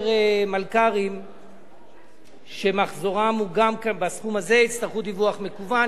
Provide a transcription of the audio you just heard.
ומלכ"רים שמחזורם הוא גם בסכום הזה יצטרכו דיווח מקוון,